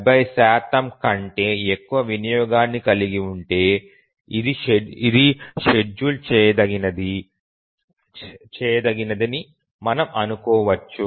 7 లేదా 70 కంటే ఎక్కువ వినియోగాన్ని కలిగి ఉంటే అది షెడ్యూల్ చేయదగినదని మనము అనుకోవచ్చు